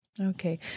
Okay